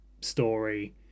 story